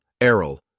Errol